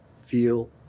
feel